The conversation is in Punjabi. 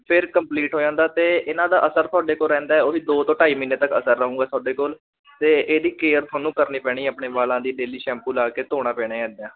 ਫਿਰ ਕੰਪਲੀਟ ਹੋ ਜਾਂਦਾ ਅਤੇ ਇਹਨਾਂ ਦਾ ਅਸਰ ਤੁਹਾਡੇ ਕੋਲ ਰਹਿੰਦਾ ਉਹ ਹੀ ਦੋ ਤੋਂ ਢਾਈ ਮਹੀਨੇ ਤੱਕ ਅਸਰ ਰਹੁੰਗਾ ਤੁਹਾਡੇ ਕੋਲ ਅਤੇ ਇਹਦੀ ਕੇਅਰ ਤੁਹਾਨੂੰ ਕਰਨੀ ਪੈਣੀ ਆਪਣੇ ਵਾਲਾਂ ਦੀ ਡੇਲੀ ਸ਼ੈਪੂ ਲਾ ਕੇ ਧੋਣਾ ਪੈਣਾ ਇੱਦਾਂ